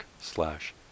slash